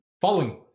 following